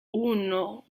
uno